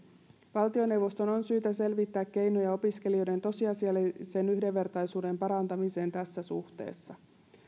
valtioneuvoston on syytä selvittää keinoja opiskelijoiden tosiasiallisen yhdenvertaisuuden parantamiseen tässä suhteessa